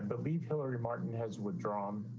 um believe hillary martin has withdrawn,